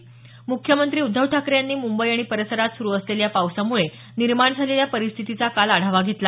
म्ख्यमंत्री उद्धव ठाकरे यांनी मुंबई आणि परिसरात सुरू असलेल्या पावसामुळे निर्माण झालेल्या परिस्थितीचा काल आढावा घेतला